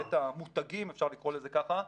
בהיבט המותגי, אם אפשר לקרוא לזה ככה,